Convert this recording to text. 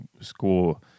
score